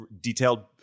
detailed